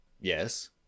Yes